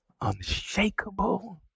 unshakable